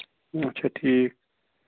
اَچھا ٹھیٖک